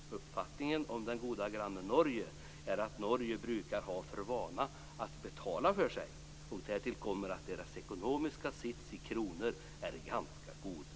Uppfattningen om den goda grannen Norge är att Norge brukar ha för vana att betala för sig. Därtill kommer att deras ekonomiska sits i kronor är ganska god.